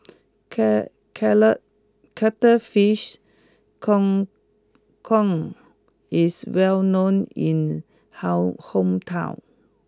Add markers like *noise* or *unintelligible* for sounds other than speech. *unintelligible* cala cuttlefish Kang Kong is well known in how hometown